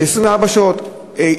שפתוח 24 שעות ביממה.